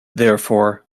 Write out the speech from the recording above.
therefore